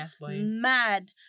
mad